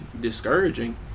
discouraging